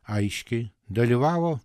aiškiai dalyvavo